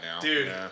Dude